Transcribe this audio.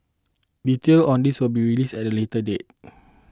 details on this will be released at a later date